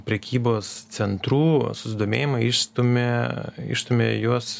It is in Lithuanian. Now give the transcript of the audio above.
prekybos centrų susidomėjimą išstumė išstumė juos